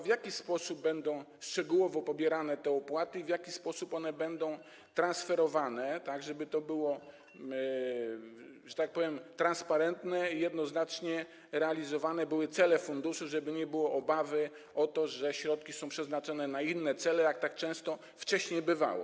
W jaki sposób będą szczegółowo pobierane te opłaty i w jaki sposób one będą transferowane, tak żeby to było, że tak powiem, transparentne i żeby jednoznacznie były realizowane cele funduszu, żeby nie było obawy o to, że środki są przeznaczane na inne cele, tak jak często wcześniej bywało?